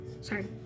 sorry